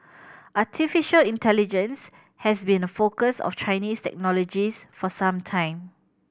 artificial intelligence has been a focus of Chinese technologists for some time